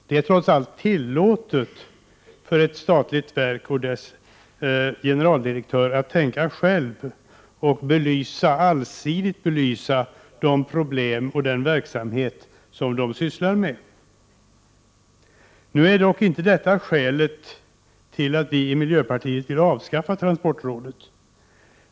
Det är trots allt tillåtet för ett statligt verk och dess generaldirektör att tänka själva och allsidigt belysa de problem man sysslar med. Nu är det dock inte av detta skäl som vi i miljöpartiet vill avskaffa transportrådet.